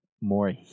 more